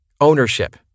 Ownership